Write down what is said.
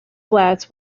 flats